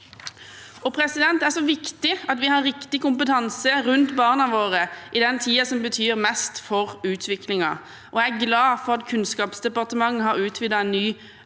gjøre. Det er så viktig at vi har riktig kompetanse rundt barna våre i den tiden som betyr mest for utviklingen, og jeg er glad for at Kunnskapsdepartementet har utviklet en ny